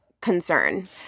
concern